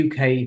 UK